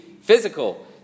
physical